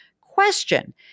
Question